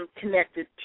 connected